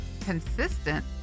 consistent